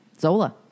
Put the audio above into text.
Zola